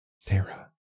Sarah